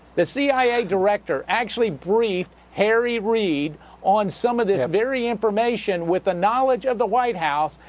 the cia director, actually briefed harry reid on some of this very information, with the knowledge of the white house,